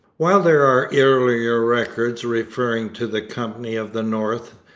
while there are earlier records referring to the company of the north,